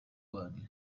wanyu